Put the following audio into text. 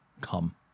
Come